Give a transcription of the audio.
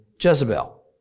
Jezebel